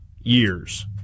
years